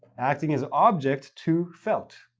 acting as object to felt.